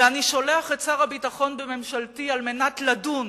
ואני שולח את שר הביטחון בממשלתי על מנת לדון